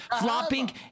flopping